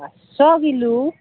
পাঁচশ কিলো